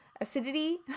Acidity